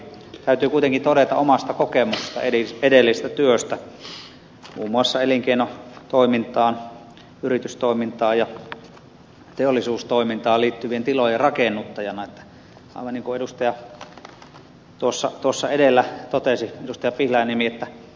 täytyy kuitenkin todeta omasta kokemuksestani edellisestä työstä muun muassa elinkeinotoimintaan yritystoimintaan ja teollisuustoimintaan liittyvien tilojen rakennuttajana että aivan niin kuin tuossa edellä ed